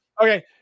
Okay